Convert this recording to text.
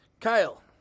Kyle